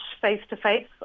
face-to-face